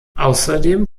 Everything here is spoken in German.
außerdem